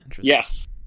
Yes